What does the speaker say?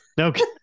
okay